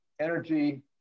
Energy